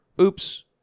Oops